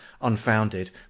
unfounded